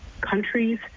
countries